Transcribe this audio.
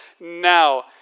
now